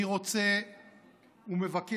אני רוצה ומבקש